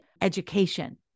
education